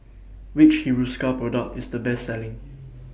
Which Hiruscar Product IS The Best Selling